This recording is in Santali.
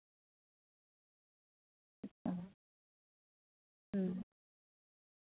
ᱟᱪᱪᱷᱟ ᱦᱩᱸ